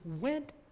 went